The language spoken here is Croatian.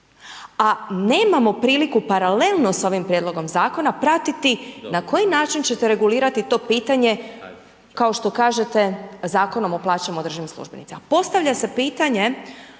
a nemamo priliku paralelno sa ovim prijedlogom zakona pratiti na koji način ćete regulirati to pitanje kao što kažete Zakonom o plaćama državnim službenicima. Postavlja se pitanje